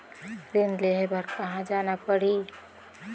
ऋण लेहे बार कहा जाना पड़ही?